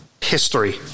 history